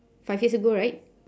five years ago right